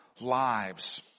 lives